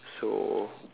so